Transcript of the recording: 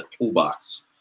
toolbox